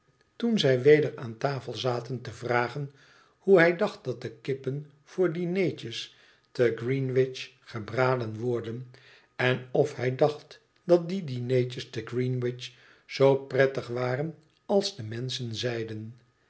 toen zij weder aan tafel zaten te vragen hoe hij dacht dat de kippen voor dinertjes te greenwich gebraden worden en of hij dacht dat die dinertjes te greenwich zoo prettig waren als de menschen zeiden